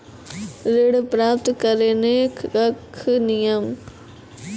ऋण प्राप्त करने कख नियम?